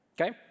okay